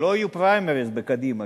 שלא יהיו פריימריס בקדימה,